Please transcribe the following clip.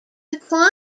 declined